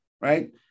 right